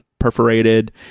perforated